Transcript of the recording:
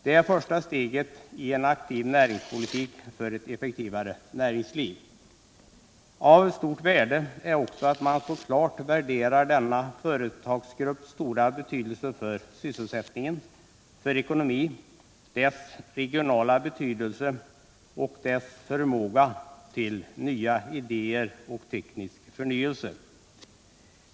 Det är första steget i en aktiv näringspolitik för ett effektivare näringsliv. Av stort värde är också att man så klart värderar denna företagsgrupps stora betydelse för sysselsättningen, för ekonomi, dess regionala betydelse och dess förmåga till nya idéer och teknisk förnyelse.